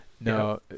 no